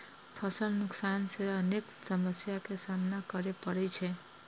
फसल नुकसान सं अनेक समस्या के सामना करै पड़ै छै